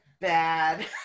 bad